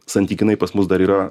santykinai pas mus dar yra